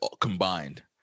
combined